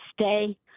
stay